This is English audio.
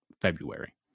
february